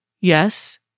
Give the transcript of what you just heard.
Yes